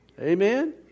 Amen